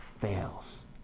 fails